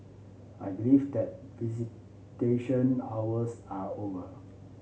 I believe that visitation hours are over